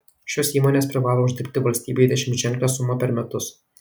šios įmonės privalo uždirbti valstybei dešimtženklę sumą per metus